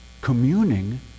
communing